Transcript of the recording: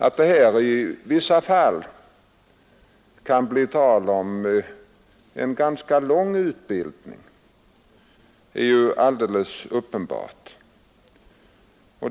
Att det här kan bli tal om en ganska lång utbildning är ju alldeles uppenbart.